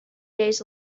days